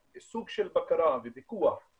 השאלה אם יש פה סוג של בקרה ופיקוח וחקירות,